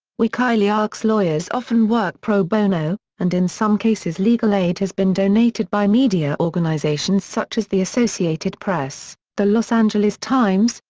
wikileaks' lawyers often work pro bono, and in some cases legal aid has been donated by media organisations such as the associated press, the los angeles times,